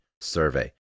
survey